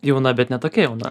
jauna bet ne tokia jauna